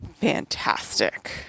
Fantastic